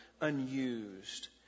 unused